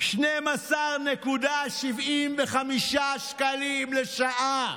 12.75 שקלים לשעה.